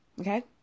okay